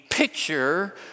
picture